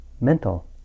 mental